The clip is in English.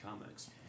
comics